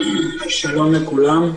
שלום לכולם.